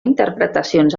interpretacions